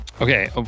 Okay